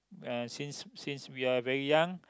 uh since since we are very young